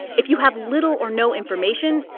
if you have little or no information,